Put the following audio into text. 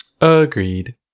Agreed